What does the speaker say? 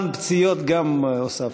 גם זמן פציעות הוספנו.